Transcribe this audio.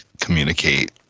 communicate